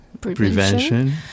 Prevention